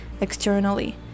externally